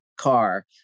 car